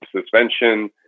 suspension